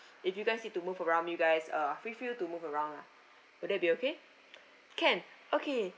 if you guys need to move around maybe you guys uh feel free to move around lah would that be okay can okay